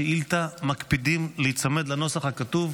בשאילתה אנחנו מקפידים להיצמד לנוסח הכתוב.